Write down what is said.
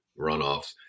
runoffs